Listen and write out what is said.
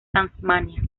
tasmania